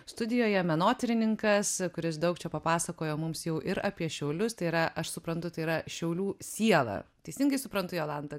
studijoje menotyrininkas kuris daug čia papasakojo mums jau ir apie šiaulius tai yra aš suprantu tai yra šiaulių siela teisingai suprantu jolanta